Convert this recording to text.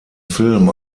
film